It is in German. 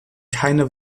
keine